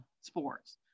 sports